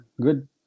good